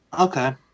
Okay